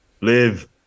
live